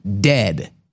dead